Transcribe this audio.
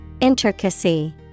Intricacy